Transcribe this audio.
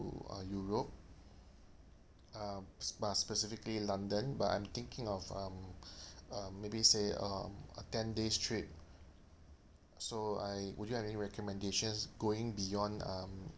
uh europe uh spe~ specifically london but I'm thinking of um um maybe say um a ten days trip so uh would have any recommendations going beyond um